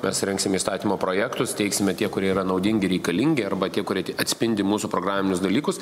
mes rengsim įstatymo projektus teiksime tie kurie yra naudingi reikalingi arba tie kurie ti atspindi mūsų programinius dalykus